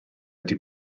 wedi